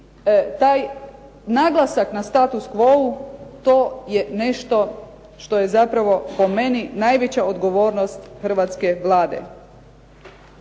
taj naglasak na status quou, to je nešto što je zapravo po meni najveća odgovornost hrvatske Vlade.